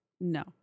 No